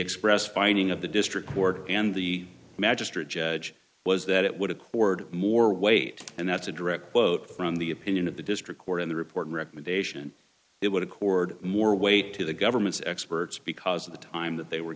expressed finding of the district board and the magistrate judge was that it would accord more weight and that's a direct quote from the opinion of the district court in the report recommendation and it would accord more weight to the government's experts because of the time that they were